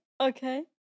Okay